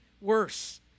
worse